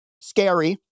scary